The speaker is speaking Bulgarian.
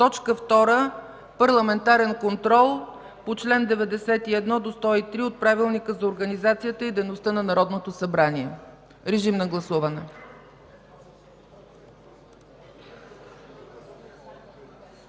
2. Парламентарен контрол по чл. 90 – 103 от Правилника за организацията и дейността на Народното събрание. Режим на гласуване.